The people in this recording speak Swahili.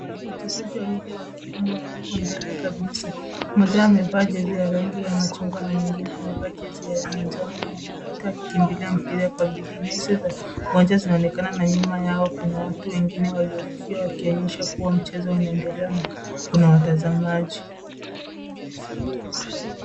Wachezaji wawili wa kiume wa huko mbele kabisa. Mmoja wao amevaa jezi ya rangi ya machungwa na mwengine amevaa jezi ya manjano na blue[cs. Wote wanakimbilia mpira kwa bidii. Nyasi za uwanja zinaonekana na nyuma yao kuna watu wengine waliohudhuria wakionyesha kuwa mchezo unaendelea na kuna watazamaji.